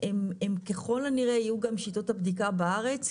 הן ככל הנראה יהיו גם שיטות הבדיקה בארץ,